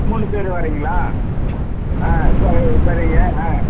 மூணு பேர் வர்றீங்களா ஆ சரி சரிங்க ஆ